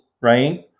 right